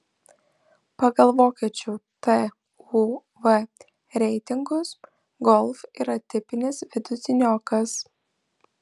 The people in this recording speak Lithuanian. pagal vokiečių tuv reitingus golf yra tipinis vidutiniokas